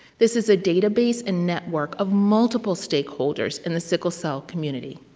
this is a database and network of multiple stakeholders in the sickle cell community.